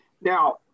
Now